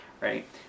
right